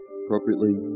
appropriately